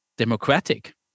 Democratic